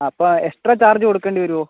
അപ്പോൾ extra charge കൊടുക്കണ്ടി വരുമോ